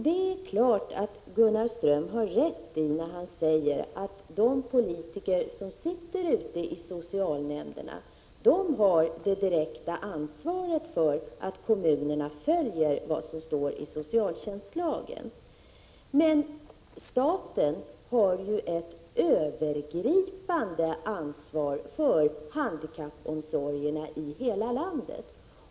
Det är klart att Gunnar Ström har rätt i att de politiker som sitter i socialnämnderna har det direkta ansvaret för att kommunerna följer vad som står i socialtjänstlagen. Men staten har ett övergripande ansvar för handikappomsorgen i hela landet.